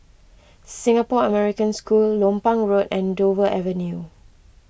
Singapore American School Lompang Road and Dover Avenue